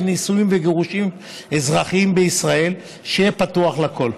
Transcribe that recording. נישואים וגירושים אזרחיים בישראל שיהיה פתוח לכול,